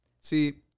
See